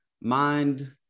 mind